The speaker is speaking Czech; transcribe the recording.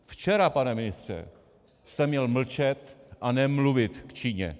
Včera, pane ministře, jste měl mlčet a nemluvit k Číně.